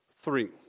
Three